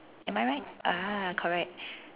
am I right ah correct